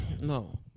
No